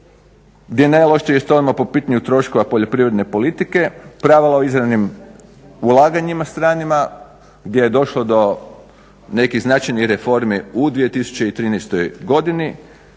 gdje najoštrije stojimo po pitanju troškova poljoprivredne politike, pravila o izravnim stranim ulaganjima gdje je došlo do nekih značajnih reformi u 2013.godini,